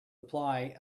apply